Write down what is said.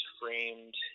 framed